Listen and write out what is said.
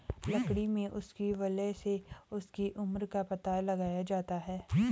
लकड़ी में उसकी वलय से उसकी उम्र का पता लगाया जाता है